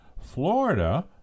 Florida